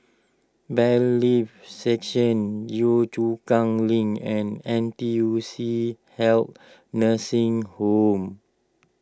Bailiffs' Section Yio Chu Kang Link and N T U C Health Nursing Home